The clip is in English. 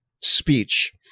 speech